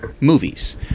movies